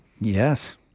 Yes